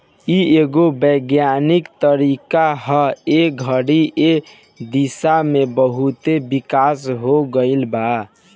इ एगो वैज्ञानिक तरीका ह ए घड़ी ए दिशा में बहुते विकास हो गईल बा